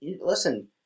Listen